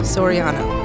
Soriano